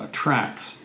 tracks